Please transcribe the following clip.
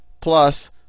plus